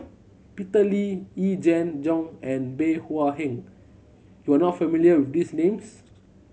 Peter Lee Yee Jenn Jong and Bey Hua Heng you are not familiar with these names